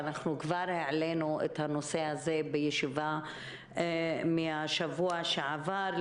כבר העלינו את הנושא הזה בישיבה בשבוע שעבר.